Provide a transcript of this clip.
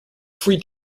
free